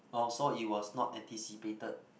oh so it was not anticipated